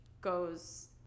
goes